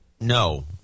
No